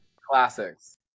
Classics